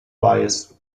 weiß